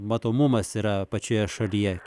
matomumas yra pačioje šalyje